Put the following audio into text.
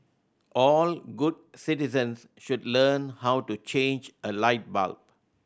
all good citizens should learn how to change a light bulb